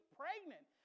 pregnant